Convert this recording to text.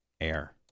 air